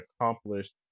accomplished